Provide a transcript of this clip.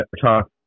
talk